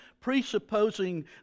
presupposing